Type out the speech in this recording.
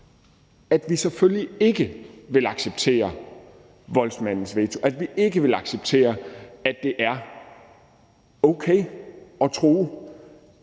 at vi selvfølgelig ikke vil acceptere voldsmandens veto, at vi ikke vil acceptere, at det er okay at true